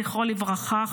זכרו לברכה,